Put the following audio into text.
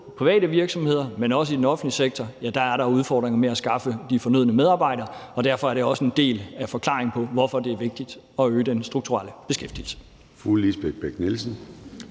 private virksomheder, men også i den offentlige sektor er der udfordringer med at skaffe de fornødne medarbejdere, og derfor er det også en del af forklaringen på, hvorfor det er vigtigt at øge den strukturelle beskæftigelse.